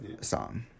song